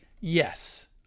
yes